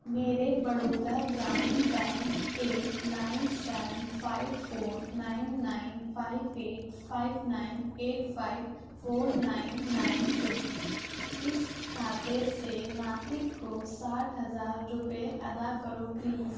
میرے بڑودا گرامین بینک کے nine seven five four nine nine five eight five nine eight five four nine nine two اس کھاتے سے ناطق کو ساٹھ ہزار روپے ادا کرو پلیز